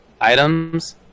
Items